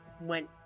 went